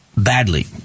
Badly